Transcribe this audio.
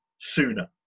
sooner